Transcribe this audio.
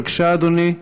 בבקשה, אדוני.